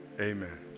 amen